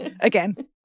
Again